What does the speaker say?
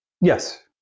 Yes